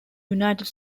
united